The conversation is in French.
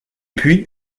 puis